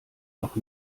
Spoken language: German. noch